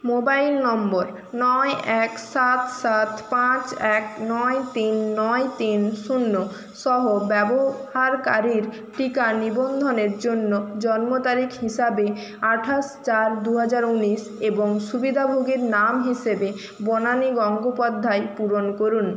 mobile নম্বর নয় এক সাত সাত পাঁচ এক নয় তিন নয় তিন শূন্য সহ ব্যবহারকারীর টিকা নিবন্ধনের জন্য জন্ম তারিখ হিসাবে আঠাশ চার দুহাজার ঊনিশ এবং সুবিধাভোগীর নাম হিসেবে বনানী গঙ্গোপাধ্যায় পূরণ করুন